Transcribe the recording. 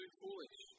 foolish